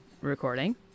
recording